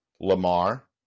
Lamar